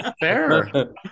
fair